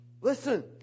Listen